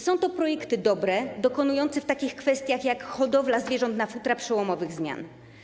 Są to projekty dobre, dokonujące w takich kwestiach jak hodowla zwierząt na futra przełomowych zmian.